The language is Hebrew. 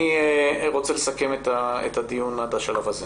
אני רוצה לסכם את הדיון עד השלב הזה.